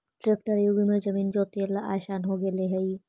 tractor युग में जमीन जोतेला आसान हो गेले हइ